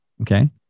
Okay